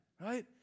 Right